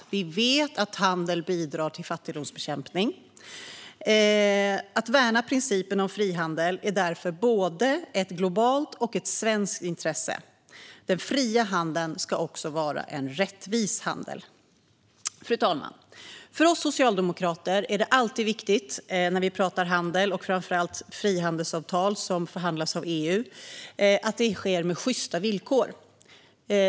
Vi vet att handel bidrar till fattigdomsbekämpning. Att värna principen om frihandel är därför både ett globalt och ett svenskt intresse. Den fria handeln ska också vara en rättvis handel. Fru talman! När vi talar om handel, och framför allt frihandelsavtal som förhandlas av EU, är det för oss socialdemokrater alltid viktigt att det sker med sjysta villkor.